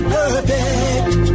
perfect